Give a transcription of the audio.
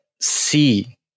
see